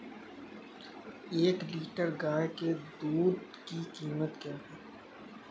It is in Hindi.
एक लीटर गाय के दूध की कीमत क्या है?